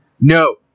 no